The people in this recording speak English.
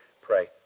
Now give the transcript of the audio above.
Pray